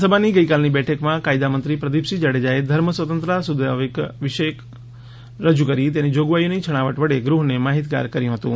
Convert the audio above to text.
વિધાનસભાની ગઇકાલની બેઠકમાં કાયદા મંત્રી પ્રદીપસિંહ જાડેજાએ ધર્મ સ્વતંત્રતા સુધારા વિધેયક રજૂ કરી તેની જોગવાઈઓ ની છણાવટ વડે ગૃહને માહિતગાર કર્યું હતું